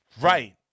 Right